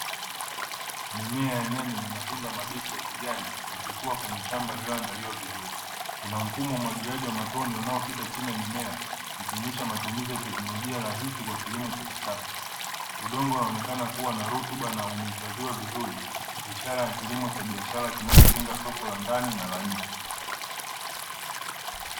Mimea ya nyanya yenye matunda mabichi ya kijani, yakikua kwenye shamba lililoandaliwa vizuri. Kuna mfumo wa umwagiliaji wa matone unaopita chini ya mimea, ikionyesha matumizi ya teknolojia rahisi kwa ajili ya kilimo cha kisasa. Udongo unaonekana kuwa na rutuba, na umehifadhiwa vizuri, ishara ya kilimo cha biashara kinacholenga soko la ndani, na la nje.